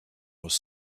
was